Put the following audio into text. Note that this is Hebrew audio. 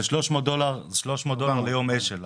זה 300 דולר ליום, אש"ל.